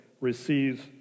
receives